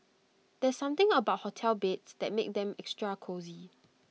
there's something about hotel beds that makes them extra cosy